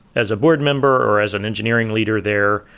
as a board member, or as an engineering leader there,